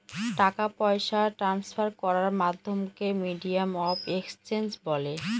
টাকা পয়সা ট্রান্সফার করার মাধ্যমকে মিডিয়াম অফ এক্সচেঞ্জ বলে